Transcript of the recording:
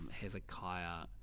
hezekiah